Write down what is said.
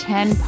Ten